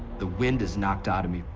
the wind is knocked out of me,